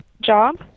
Job